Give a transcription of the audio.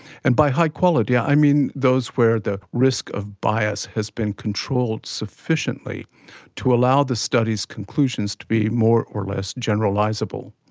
and by high quality, i mean those where the risk of bias has been controlled sufficiently to allow the study's conclusion to be more or less generalisable.